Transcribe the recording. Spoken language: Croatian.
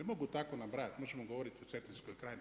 I mogu tako nabrajati, možemo govoriti o Cetinskoj krajini.